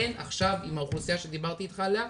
אין עכשיו עם האוכלוסייה שדיברתי איתך עליה,